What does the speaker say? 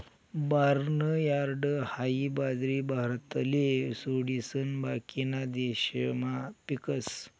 barnyard हाई बाजरी भारतले सोडिसन बाकीना देशमा पीकस